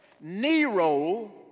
Nero